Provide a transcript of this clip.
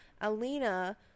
Alina